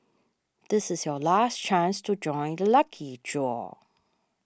this is your last chance to join the lucky draw